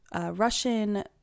Russian